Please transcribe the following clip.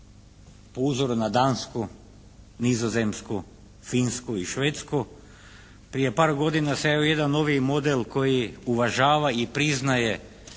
po uzoru na Dansku, Nizozemsku, Finsku i Švedsku prije par godina se javio jedan noviji model koji uvažava i priznaje